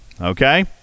Okay